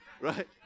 Right